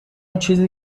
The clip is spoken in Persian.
چیزی